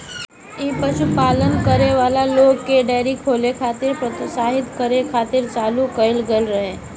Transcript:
इ पशुपालन करे वाला लोग के डेयरी खोले खातिर प्रोत्साहित करे खातिर चालू कईल गईल रहे